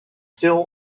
still